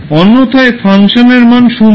অন্যথায় ফাংশন এর মান 0